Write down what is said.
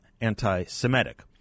anti-Semitic